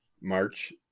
March